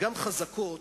השידור,